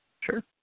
sure